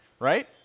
Right